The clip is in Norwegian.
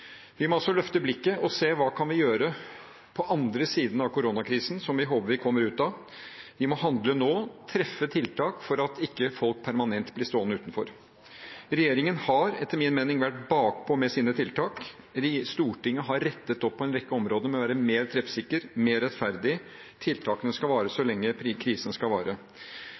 Vi må altså løfte blikket og se hva vi kan gjøre på den andre siden av koronakrisen, som vi håper vi kommer ut av. Vi må handle nå, treffe tiltak for at folk ikke blir stående utenfor permanent. Regjeringen har etter min mening vært bakpå med sine tiltak. Stortinget har rettet opp på en rekke områder, ved å være mer treffsikkert, mer rettferdig. Tiltakene skal vare så lenge krisen